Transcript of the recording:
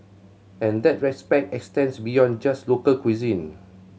and that respect extends beyond just local cuisine